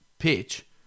pitch